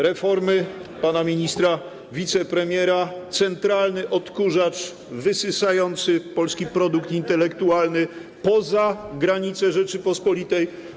Reformy pana ministra, wicepremiera, to centralny odkurzacz wysysający polski produkt intelektualny poza granice Rzeczypospolitej.